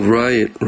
right